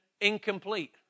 incomplete